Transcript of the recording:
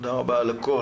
תודה רבה על הכול.